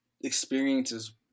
experiences